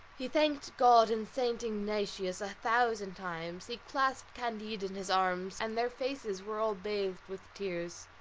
he thanked god and st. ignatius a thousand times he clasped candide in his arms and their faces were all bathed with tears.